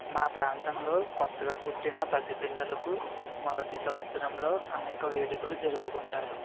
మా ప్రాంతంలో కొత్తగా పుట్టిన పసి పిల్లలకు మొదటి సంవత్సరంలో అనేక వేడుకలు జరుపుకుంటారు